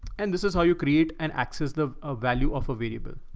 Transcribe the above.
and this is how you create an access, the ah value of a variable.